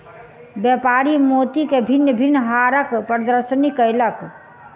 व्यापारी मोती के भिन्न भिन्न हारक प्रदर्शनी कयलक